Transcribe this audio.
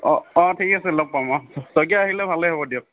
অ অ ঠিকে আছে লগ পাম অ শইকীয়া আহিলে ভালে হ'ব দিয়ক